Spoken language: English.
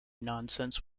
nonsense